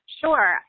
Sure